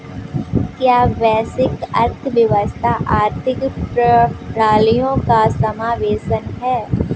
क्या वैश्विक अर्थव्यवस्था आर्थिक प्रणालियों का समावेशन है?